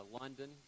London